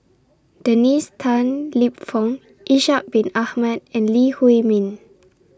Dennis Tan Lip Fong Ishak Bin Ahmad and Lee Huei Min